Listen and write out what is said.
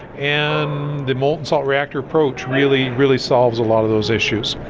and the molten-salt reactor approach really really solves a lot of those issues.